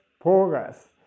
progress